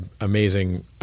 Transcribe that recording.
amazing –